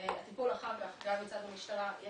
הטיפול אחר כך מצד המשטרה,